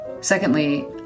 Secondly